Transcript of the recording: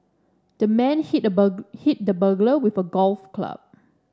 the man hit the burg hit the burglar with a golf club